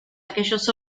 aquellos